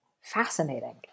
Fascinating